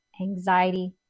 anxiety